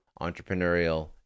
entrepreneurial